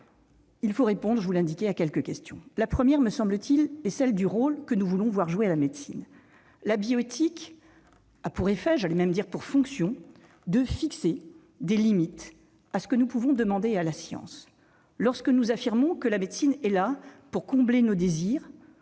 faut répondre d'abord à quelques questions. La première est celle du rôle que nous voulons voir la médecine jouer. La bioéthique a pour effet- à vrai dire, pour fonction -de fixer des limites à ce que nous pouvons demander à la science. Lorsque nous affirmons que la médecine est là pour combler nos désirs,